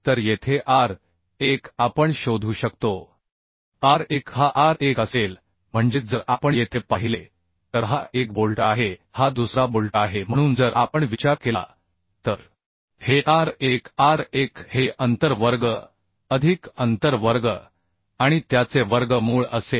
तर येथे r1 आपण शोधू शकतो r1 हा r1 असेल म्हणजे जर आपण येथे पाहिले तर हा एक बोल्ट आहे हा दुसरा बोल्ट आहे म्हणून जर आपण विचार केला तर हे r1 r1 हे अंतर वर्ग अधिक अंतर वर्ग आणि त्याचे वर्गमूळ असेल